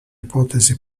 ipotesi